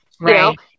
right